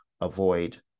avoid